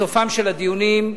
בסופם של הדיונים,